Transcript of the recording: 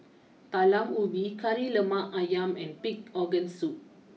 Talam Ubi Kari Lemak Ayam and Pig Organ Soup